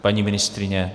Paní ministryně?